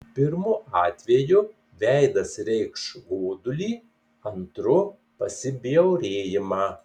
pirmu atveju veidas reikš godulį antru pasibjaurėjimą